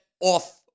off